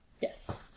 yes